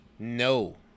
No